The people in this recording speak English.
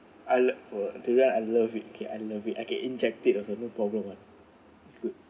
I love uh durian I love it okay I love it I can inject it also no problem [one] it's good